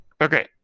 Okay